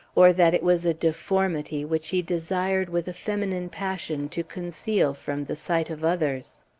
or that it was a deformity which he desired with a feminine passion to conceal from the sight of others.